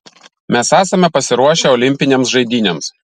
mes esame pasiruošę olimpinėms žaidynėms